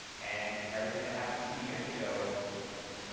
and everything that happened two years ago,